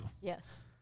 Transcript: Yes